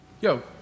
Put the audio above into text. Yo